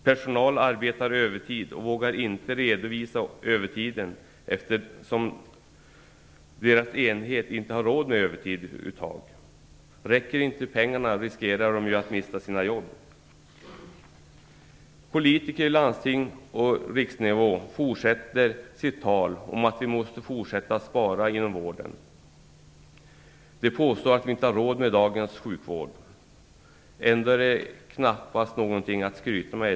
Personal arbetar övertid och vågar inte redovisa övertiden eftersom deras enhet inte har råd med den. Om inte pengarna räcker riskerar de nämligen att mista sina jobb. Politiker på landstings och riksnivå fortsätter sitt tal om att vi måste fortsätta spara inom vården. De påstår att vi inte har råd med dagens sjukvård - ändå är den knappast någonting att skryta med.